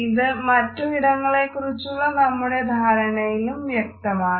ഇത് മറ്റു ഇടങ്ങളെക്കുറിച്ചുള്ള നമ്മുടെ ധാരണയിലും വ്യക്തമാണ്